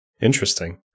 Interesting